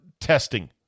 testing